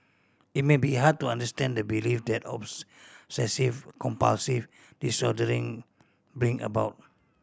it may be hard to understand the belief that obsessive compulsive disordering bring about